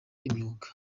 imyuga